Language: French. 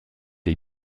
est